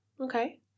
Okay